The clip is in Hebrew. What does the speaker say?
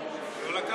הוא לא לקח.